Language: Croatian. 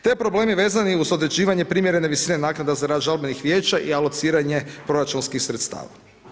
Te problemi vezani uz određivanje primjerene visine naknada za rad žalbenih vijeća i alociranje proračunskih sredstava.